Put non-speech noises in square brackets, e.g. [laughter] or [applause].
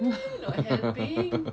[laughs]